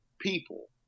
people